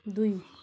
दुई